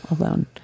alone